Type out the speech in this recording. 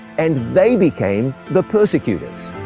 and they became the persecutors.